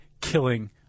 killing